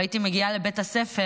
כשהייתי קטנה והייתי מגיעה לבית הספר,